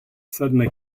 suddenly